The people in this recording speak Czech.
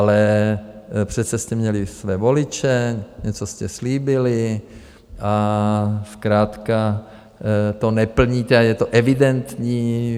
Ale přece jste měli své voliče, něco jste slíbili a zkrátka to neplníte a je to evidentní.